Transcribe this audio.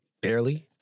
barely